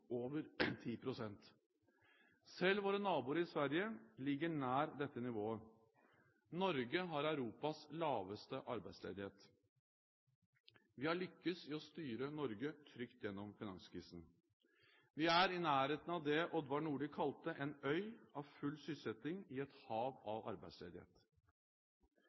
over 10 pst. Selv vår nabo Sverige ligger nær dette nivået. Norge har Europas laveste arbeidsledighet. Vi har lyktes i å styre Norge trygt gjennom finanskrisen. Vi er i nærheten av det Odvar Nordli kalte «en øy av full sysselsetting i et hav av arbeidsledighet».